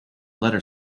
letter